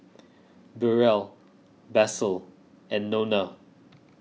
Burrel Basil and Nona